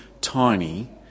tiny